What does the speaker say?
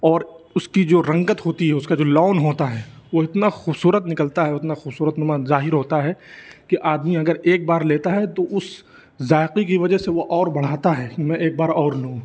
اور اُس کی جو رنگت ہوتی ہے اُس کا جو لون ہوتا ہے وہ اتنا خوبصورت نکلتا ہے اتنا خوبصورت نما ظاہر ہوتا ہے کہ آدمی اگر ایک بار لیتا ہے تو اُس ذائقے کی وجہ سے وہ اور بڑھاتا ہے میں ایک بار اور لوں